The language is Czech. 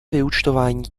vyúčtování